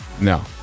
No